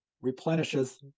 replenishes